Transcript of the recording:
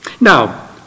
Now